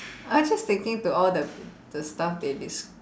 I just thinking to all the the stuff they des~